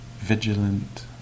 vigilant